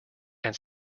and